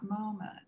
moment